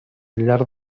llarg